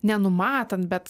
nenumatant bet